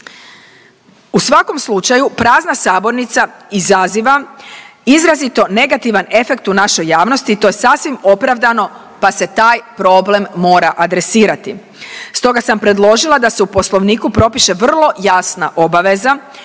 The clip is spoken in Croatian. U svakom slučaju, prazna sabornica izaziva izrazito negativan efekt u našoj javnosti i to sasvim opravdano, pa se taj problem mora adresirati. Stoga sam predložila da se u Poslovniku propiše vrlo jasna obaveza